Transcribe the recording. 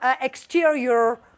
exterior